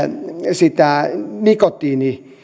sitä